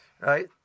right